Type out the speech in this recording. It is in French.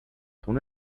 ton